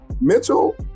Mitchell